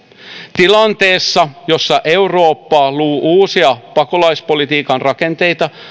tilanteessa jossa eurooppa luo uusia pakolaispolitiikan rakenteita